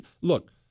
Look